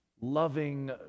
loving